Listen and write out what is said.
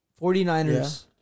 49ers